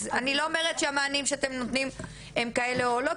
אז אני לא אומרת שהמענים שאתם נותנים הם כאלה או לא,